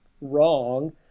wrong